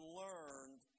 learned